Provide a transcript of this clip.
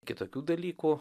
kitokių dalykų